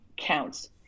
counts